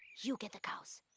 you get the cows.